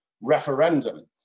referendum